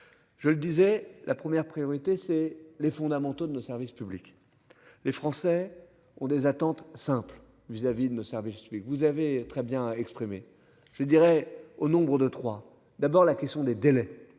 Je le disais, la première priorité c'est les fondamentaux de nos services publics. Les Français ont des attentes simples vis-à-vis de nos services. Je suis, vous avez très bien exprimé, je dirais au nombre de 3. D'abord la question des délais.